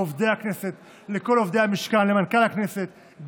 לעובדי הכנסת,